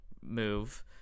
move